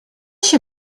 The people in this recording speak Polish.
się